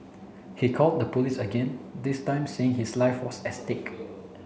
he called the police again this time saying his life was at stake